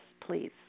please